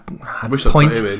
points